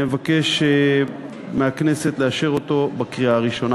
אני מבקש מהכנסת לאשר אותו בקריאה הראשונה.